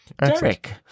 Derek